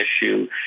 issue